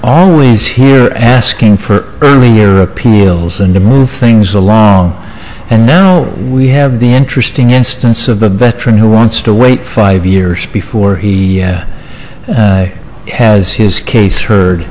always here asking for early appeals and to move things along and now we have the interesting instance of a veteran who wants to wait five years before he has his case heard